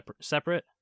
separate